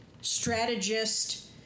strategist